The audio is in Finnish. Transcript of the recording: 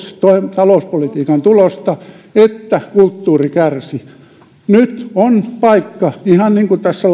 talouspolitiikan tulosta että kulttuuri kärsi nyt on paikka ihan niin kuin tässä